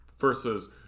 versus